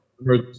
right